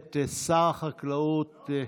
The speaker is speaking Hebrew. שר החקלאות,